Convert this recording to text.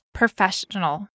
professional